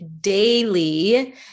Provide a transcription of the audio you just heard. daily